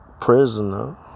prisoner